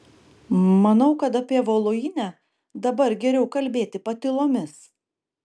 manau kad apie voluinę dabar geriau kalbėti patylomis